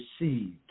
received